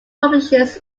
publishes